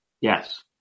Yes